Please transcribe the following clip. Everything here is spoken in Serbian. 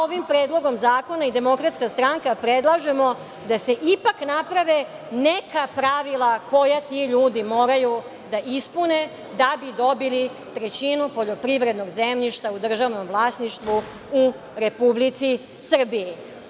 Ovim predlogom zakona i DS predlažemo da se ipak naprave neka pravila koja ti ljudi moraju da ispune da bi dobili trećinu poljoprivrednog zemljišta u državnoj vlasništvu u Republici Srbiji.